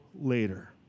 later